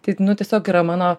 tai nu tiesiog yra mano